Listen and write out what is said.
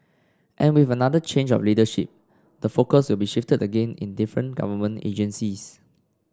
and with another change of leadership the focus will be shifted again in different government agencies